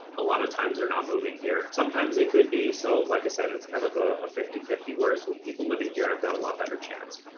a lot of times, they're not moving here. sometimes they could be. so like i said, it's kind of a a fifty fifty. whereas when people living here, i've got a lot better chance.